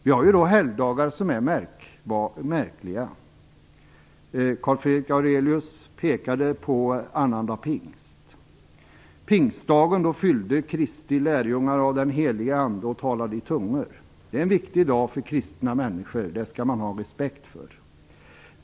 Vi har ju helgdagar som är märkliga. Nils Fredrik Aurelius pekade på annandag pingst. På pingstdagen fylldes Kristi lärjungar av den helige ande och talade i tungor. Det är en viktig dag för kristna människor. Det skall man ha respekt för.